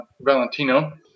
Valentino